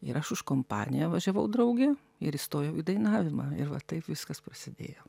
ir aš už kompaniją važiavau drauge ir įstojau į dainavimą ir va taip viskas prasidėjo